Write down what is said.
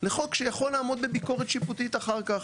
לחוק שיכול לעמוד בביקורת שיפוטית אחר כך.